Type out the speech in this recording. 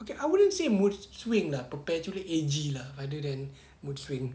okay I wouldn't say mood swing lah perpetually aged lah rather than mood swing